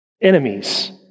Enemies